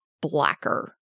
blacker